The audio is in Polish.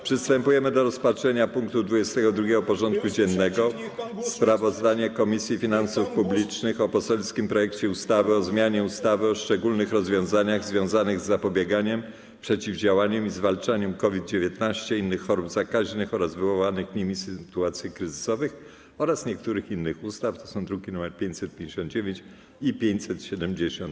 Przystępujemy do rozpatrzenia punktu 22. porządku dziennego: Sprawozdanie Komisji Finansów Publicznych o poselskim projekcie ustawy o zmianie ustawy o szczególnych rozwiązaniach związanych z zapobieganiem, przeciwdziałaniem i zwalczaniem COVID-19, innych chorób zakaźnych oraz wywołanych nimi sytuacji kryzysowych oraz niektórych innych ustaw (druki nr 559 i 570)